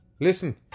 Listen